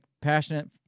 passionate